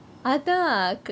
அதான்:athaan